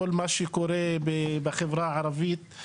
גם בכל מה שקורה בחברה הערבית,